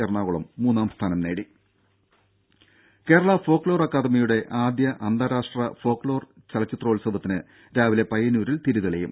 എറണാകുളം മൂന്നാം സ്ഥാനം നേടി ദേദ കേരള ഫോക് ലോർ അക്കാദമിയുടെ ആദ്യ അന്താരാഷ്ട്ര ഫോക് ലോർ ചലച്ചിത്രോത്സവത്തിന് രാവിലെ പയ്യന്നൂരിൽ തിരിതെളിയും